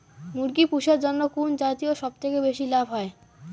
মুরগি পুষার জন্য কুন জাতীয় সবথেকে বেশি লাভ হয়?